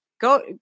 go